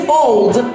old